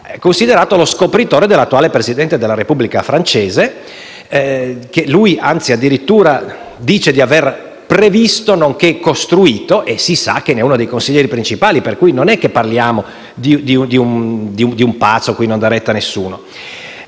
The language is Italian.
volte) lo scopritore dell'attuale Presidente della Repubblica francese, che egli dice, addirittura, di avere previsto nonché costruito. E si sa che ne è uno dei consiglieri principali. Quindi, non parliamo di un pazzo cui non dà retta nessuno.